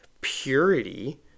purity